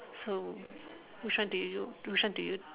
so which one do you which one do you